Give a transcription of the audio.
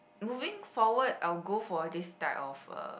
moving forward I will go for this type of a